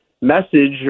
message